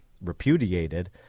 repudiated –